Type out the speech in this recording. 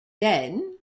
then